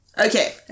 okay